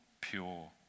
pure